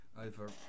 over